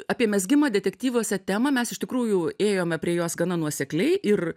apie mezgimą detektyvuose temą mes iš tikrųjų ėjome prie jos gana nuosekliai ir